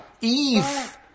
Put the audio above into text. Eve